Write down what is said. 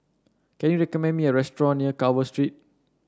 can you recommend me a restaurant near Carver Street